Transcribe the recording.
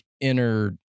inner